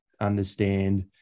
understand